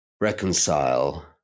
reconcile